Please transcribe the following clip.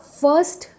first